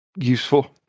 useful